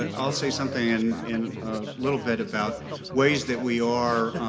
ah i'll say something in in a little bit about ways that we are